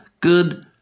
good